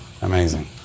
amazing